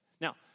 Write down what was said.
Now